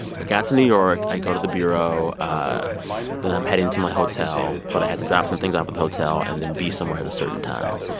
i got to new york. i go to the bureau. ah then i'm heading to my hotel. but i had to drop some things off at the hotel and then be somewhere at a certain time.